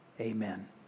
amen